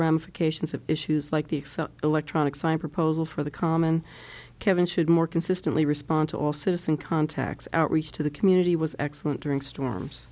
ramifications of issues like the excel electronic sign proposal for the common kevin should more consistently respond to all citizen contacts outreach to the community was excellent during storms